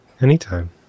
Anytime